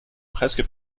presque